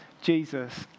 Jesus